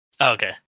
Okay